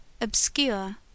obscure